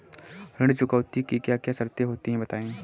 ऋण चुकौती की क्या क्या शर्तें होती हैं बताएँ?